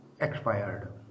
expired